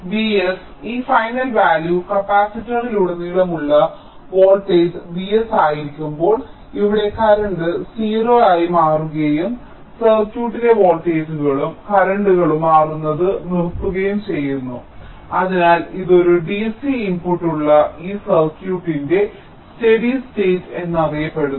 Vs ഈ final value കപ്പാസിറ്ററിൽ ഉടനീളമുള്ള വോൾട്ടേജ് Vs ആയിരിക്കുമ്പോൾ ഇവിടെ കറന്റ് 0 ആയി മാറുകയും സർക്യൂട്ടിലെ വോൾട്ടേജുകളും കറന്റുകളും മാറുന്നത് നിർത്തുകയും ചെയ്യുന്നു അതിനാൽ ഇത് ഒരു DC ഇൻപുട്ടുള്ള ഈ സർക്യൂട്ടിന്റെ സ്റ്റെഡി സ്റ്റേറ്റ് എന്നറിയപ്പെടുന്നു